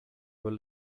were